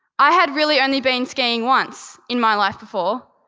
i had really only being skiing once in my life before,